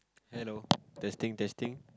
hello testing testing